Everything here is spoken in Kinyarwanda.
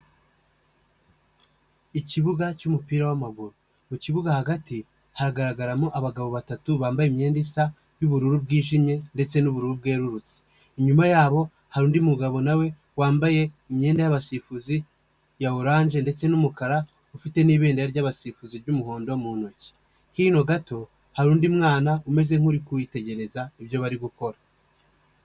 Ikibuga cy'umupira wamaguru, mu kibuga hagati hagaragaramo abagabo batatu bambaye imyenda isa yubururu bwijimye ndetse n'ubururu bwerurutse, inyuma yabo hari undi mugabo nawe wambaye imyenda y'abasifuzi ya oranje ndetse n'umukara ufite n'ibendera ry'abasifuzi ry'umuhondo mu ntoki, hino gato hari undi mwana umeze nk'uri kwiwitegereza ibyo bari gukora.